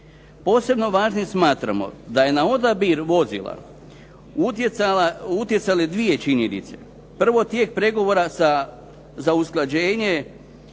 Posebno važnim smatramo da su na odabir vozila utjecale dvije činjenice, prvo tijek pregovora za usklađenje